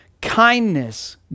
kindness